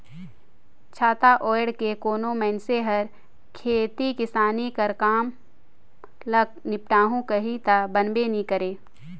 छाता ओएढ़ के कोनो मइनसे हर खेती किसानी कर काम ल निपटाहू कही ता बनबे नी करे